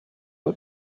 pas